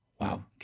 Wow